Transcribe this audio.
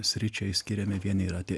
sričiai skiriame vieni yra tie